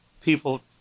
people